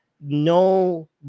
no